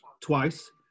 twice